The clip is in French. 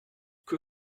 que